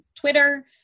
Twitter